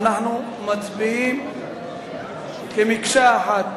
אנחנו מצביעים כמקשה אחת,